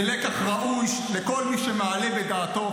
זה לקח ראוי לכל מי שמעלה בדעתו,